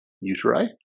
uteri